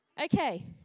Okay